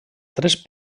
tres